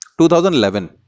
2011